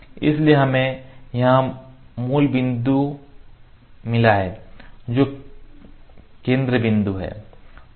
इसलिए हमें यहां मूल बिंदु मिला है जो केंद्र बिंदु है